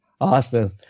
Awesome